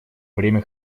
время